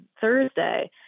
Thursday